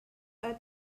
are